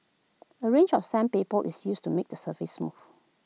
A range of sandpaper is used to make the surface smooth